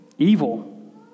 Evil